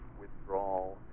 withdrawal